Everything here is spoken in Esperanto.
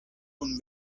kun